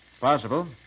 Possible